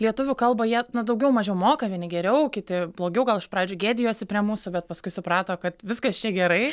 lietuvių kalbą jie na daugiau mažiau moka vieni geriau kiti blogiau gal iš pradžių gėdijosi prie mūsų bet paskui suprato kad viskas čia gerai